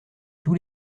tous